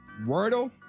Wordle